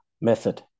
method